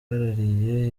bahagarariye